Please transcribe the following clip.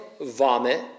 Vomit